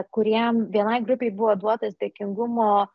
kurie vienai grupei buvo duotas dėkingumo